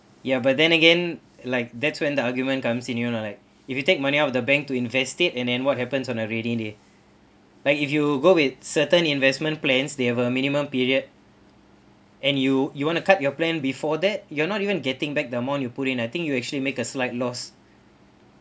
ya but then again like that's when the argument comes in you know like if you take money out of the bank to invest it and then what happens on a rainy day like if you go with certain investment plans they have a minimum period and you you want to cut your plan before that you are not even getting back the amount you put in I think you actually make a slight loss